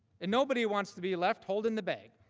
and nobody wants to be left holding the bag.